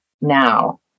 now